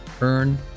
Earn